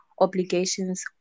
obligations